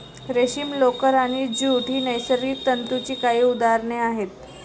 रेशीम, लोकर आणि ज्यूट ही नैसर्गिक तंतूंची काही उदाहरणे आहेत